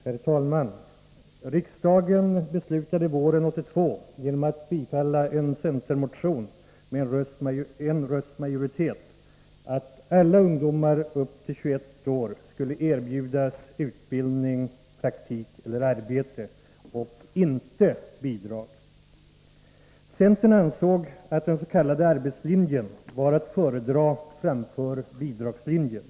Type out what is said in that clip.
Herr talman! Riksdagen beslutade våren 1982 genom att bifalla en centermotion med en rösts majoritet att alla ungdomar upp till 21 år skulle erbjudas utbildning, praktik eller arbete — inte bidrag. Centern ansåg att den s.k. arbetslinjen var att föredra framför bidragslinjen.